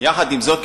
עם זאת,